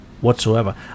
whatsoever